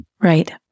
right